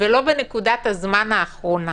ולא בנקודת הזמן האחרונה.